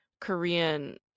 Korean